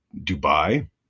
Dubai